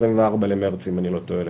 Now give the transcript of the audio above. ליום ה-24 במרץ 2022 אם אני לא טועה.